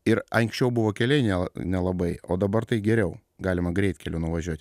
ir anksčiau buvo keliai nela nelabai o dabar tai geriau galima greitkeliu nuvažiuoti